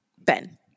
Ben